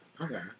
Okay